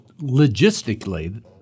logistically